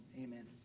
Amen